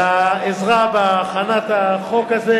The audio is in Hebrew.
על העזרה בהכנת החוק הזה.